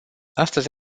astăzi